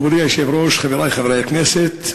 חברי היושב-ראש, חברי חברי הכנסת,